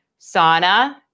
sauna